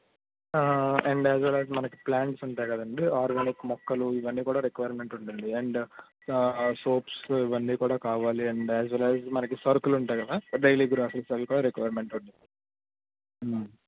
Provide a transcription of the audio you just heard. and as well as మనకు plants ఉంటాయి కదండి ఆర్గానిక్ మొక్కలు ఇవన్నీ కూడా రిక్వైర్మెంట్ ఉంటుంది అండ్ సోప్స్ ఇవన్నీ కూడా కావాలి అండ్ అస్ వెల్ అస్ మనకు సరుకులు ఉంటాయి కదా డైలీ గ్రాసరీస్ అవి కూడా రిక్వైర్మెంట్ ఉంటుంది